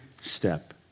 step